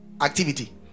activity